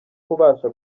kubasha